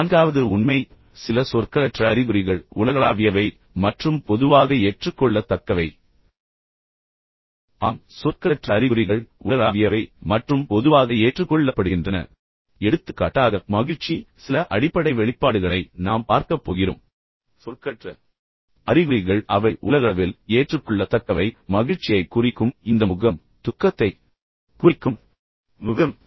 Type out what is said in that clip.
நான்காவது உண்மை என்னவென்றால் சில சொற்களற்ற அறிகுறிகள் உலகளாவியவை மற்றும் பொதுவாக ஏற்றுக்கொள்ளத்தக்கவை ஆம் உண்மையில் பெரும்பாலான சொற்களற்ற அறிகுறிகள் உலகளாவியவை மற்றும் பொதுவாக ஏற்றுக்கொள்ளப்படுகின்றன எடுத்துக்காட்டாக மகிழ்ச்சி சில அடிப்படை வெளிப்பாடுகளை நாம் பார்க்கப் போகிறோம் சொற்களற்ற அறிகுறிகள் அவை உலகளவில் ஏற்றுக்கொள்ளத்தக்கவை ஆனால் மகிழ்ச்சியைக் குறிக்கும் இந்த முகம் மற்றும் துக்கத்தைக் குறிக்கும் முகம்